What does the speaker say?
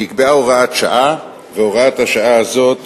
נקבעה הוראת שעה, והוראת השעה הזאת